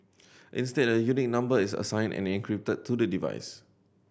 instead a unique number is assigned and encrypted to the device